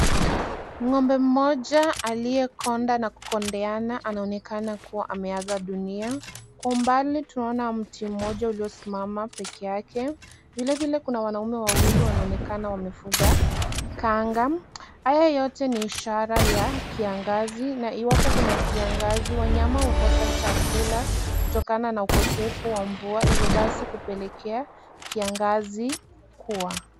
Ng'ombe mmoja aliyekonda na kukondeana anaonekana kuwa ameaga dunia. Kwa umbali tunaona mti mmoja uliosimama peke yake. Vile vile kuna wanaume wawili wanaonekana wamefuga kanga. Haya yote ni ishara ya kiangazi na iwapo kuna kiangazi, wanyama hukosa chakula kutokana na ukosefu wa mvua. Hivyo basi kupelekea kiangazi kua.